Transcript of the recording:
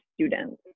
students